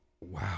wow